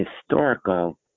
historical